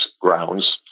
grounds